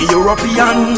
European